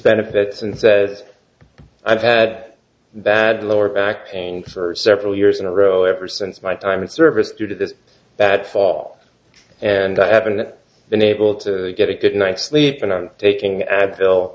benefits and says i've had bad lower back pain for several years in a row ever since my time in service due to this that fall and i haven't been able to get a good night's sleep in and taking advil